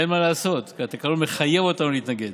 אין מה לעשות, התקנון מחייב אותנו להתנגד.